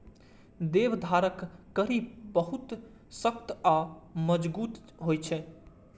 देवदारक कड़ी बहुत सख्त आ मजगूत होइ छै